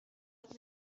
att